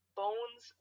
bones